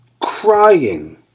crying